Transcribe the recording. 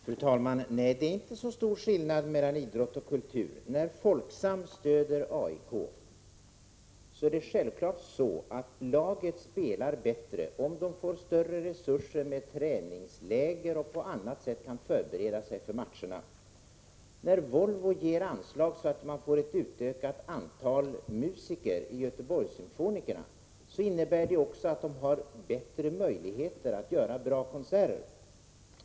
Fru talman! Det är inte så stor skillnad mellan idrott och kultur. Folksam stöder AIK. Självklart spelar laget bättre om det får större resurser så att det på träningsläger och på annat sätt kan förbereda sig för matcherna. När Volvo ger anslag så att Göteborgssymfonikerna får ett utökat antal musiker innebär det att de har bättre möjligheter att göra bra konserter.